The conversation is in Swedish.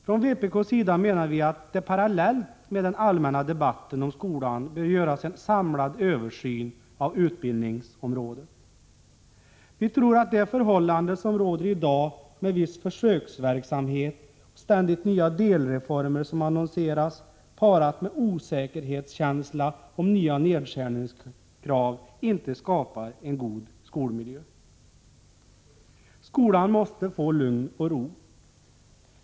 Från vpk:s sida menar vi att det parallellt med den allmänna debatten om skolan bör göras en samlad översyn av utbildningsområdet. Vi tror att det förhållande som råder i dag med viss försöksverksamhet och ständigt nya delreformer som annonseras parat med ständig osäkerhet om nya nedskärningskrav inte skapar en god skolmiljö. Skolan måste få lugn och ro.